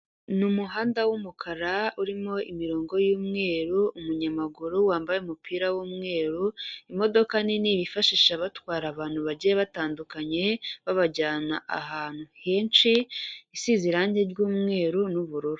Ni umuhanda w'umukara urimo imirongo y'umweru, umunyamaguru wambaye umupira w'umweru, imodoka nini bifashisha batwara abantu bagiye batandukanye babajyana ahantu henshi, isize irange ry'umweru n'ubururu.